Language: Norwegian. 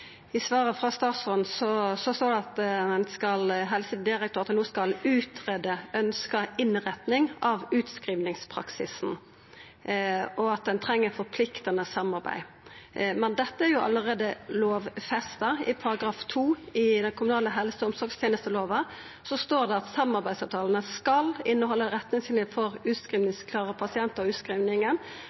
I svaret frå statsråden står det at Helsedirektoratet no skal «utrede hva som er ønsket innretning av utskrivningsprosessen», og at ein treng eit forpliktande samarbeid. Men dette er jo allereie lovfesta. I § 6-2 i lova om kommunale helse- og omsorgstenester står det at samarbeidsavtalane skal innehalda retningslinjer for utskrivingsklare pasientar og